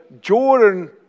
Jordan